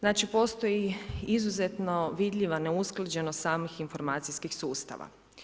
Znači postoji izuzetno vidljiva neusklađenost samih informacijskih sustava.